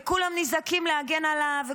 וכולם נזעקים להגן עליו,